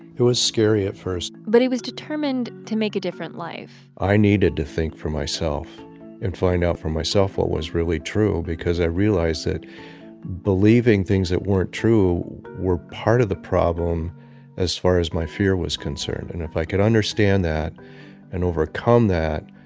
it was scary at first but he was determined to make a different life i needed to think for myself and find out for myself what was really true because i realized that believing things that weren't true were part of the problem as far as my fear was concerned. and if i could understand that and overcome that,